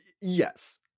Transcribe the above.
Yes